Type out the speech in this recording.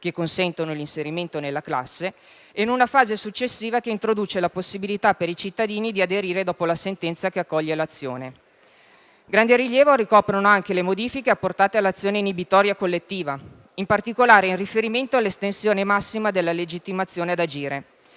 che consentono l'inserimento nella classe, e in una fase successiva, che introduce la possibilità per i cittadini di aderire dopo la sentenza che accoglie l'azione. Grande rilievo ricoprono anche le modifiche apportate all'azione inibitoria collettiva, in particolare in riferimento all'estensione massima della legittimazione ad agire.